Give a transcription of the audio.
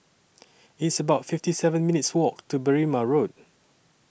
It's about fifty seven minutes' Walk to Berrima Road